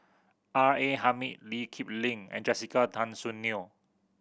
R A Hamid Lee Kip Lin and Jessica Tan Soon Neo